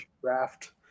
draft